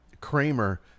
Kramer